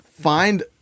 find